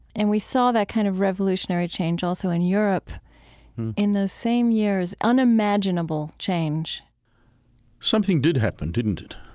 and we saw that kind of revolutionary change also in europe in those same years. unimaginable change something did happen, didn't it?